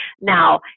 Now